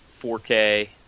4K